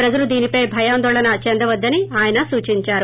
ప్రజలు దీనిపై భయాందోళన చెందవద్దని ఆయన సూచిందారు